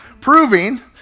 proving